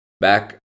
back